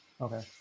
Okay